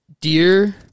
Dear